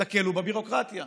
תקלו בביורוקרטיה.